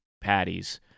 patties